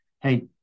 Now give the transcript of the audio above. hey